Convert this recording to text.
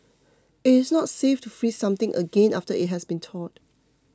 it is not safe to freeze something again after it has been thawed